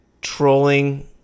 trolling